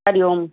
Hari Om